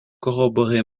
corroborer